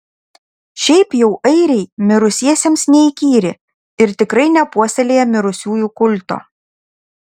šiaip jau airiai mirusiesiems neįkyri ir tikrai nepuoselėja mirusiųjų kulto